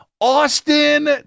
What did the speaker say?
Austin